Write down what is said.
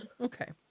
Okay